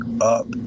up